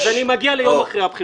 אז אני מגיע ליום אחרי הבחירות עכשיו.